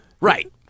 Right